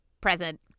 present